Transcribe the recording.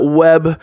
web